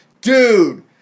dude